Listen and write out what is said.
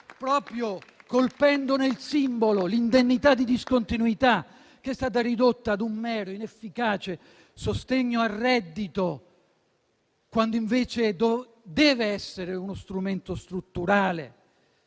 proprio colpendone il simbolo: l'indennità di discontinuità, che è stata ridotta ad un mero e inefficace sostegno al reddito, quando invece dev'essere uno strumento strutturale.